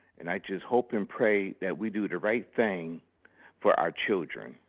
and i just hope and pray that we do the right thing for our children.